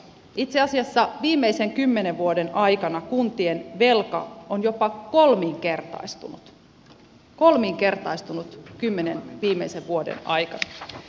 itse asiassa viimeisen kymmenen vuoden aikana kun tien velka on jopa kolminkertaistunut kolminkertaistunut kymmenen viimeisen vuoden aikana